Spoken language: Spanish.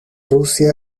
rusia